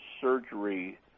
surgery